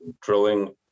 drilling